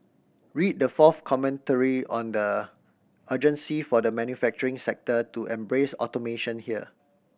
read the fourth commentary on the urgency for the manufacturing sector to embrace automation here